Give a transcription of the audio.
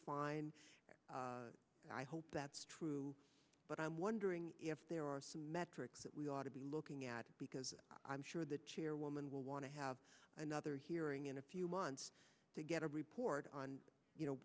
fine and i hope that's true but i'm wondering if there are some metrics that we ought to be looking at because i'm sure the chairwoman will want to have another hearing in a few months to get a report on